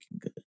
good